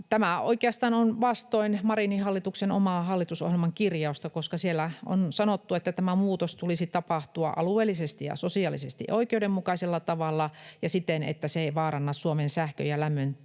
Tämä oikeastaan on vastoin Marinin hallituksen omaa hallitusohjelman kirjausta, koska siellä on sanottu, että tämän muutoksen tulisi tapahtua alueellisesti ja sosiaalisesti oikeudenmukaisella tavalla ja siten, että se ei vaaranna Suomen sähkön ja lämmön